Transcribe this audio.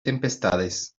tempestades